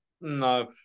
no